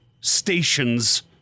station's